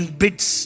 bits